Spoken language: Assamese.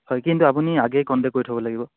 হয় কিন্তু আপুনি আগেই কণ্টেক্ট কৰি থ'ব লাগিব